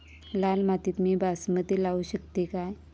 लाल मातीत मी बासमती लावू शकतय काय?